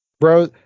Bro